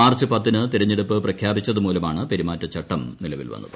March പത്തിന് തിരഞ്ഞെടുപ്പ് പ്രഖ്യാപിച്ചതുമുതിലാണ് പെരുമാറ്റച്ചട്ടം നിലവിൽ വന്നത്